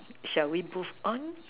shall we move on